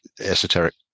esoteric